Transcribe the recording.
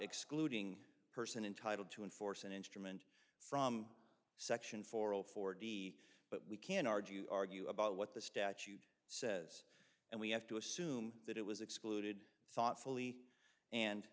excluding person entitle to enforce an instrument from section four hundred forty but we can argue argue about what the statute says and we have to assume that it was excluded thoughtfully and